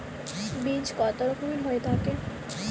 বীজ কত রকমের হয়ে থাকে?